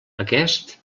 aquest